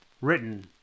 Written